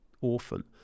orphan